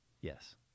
Yes